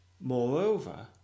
Moreover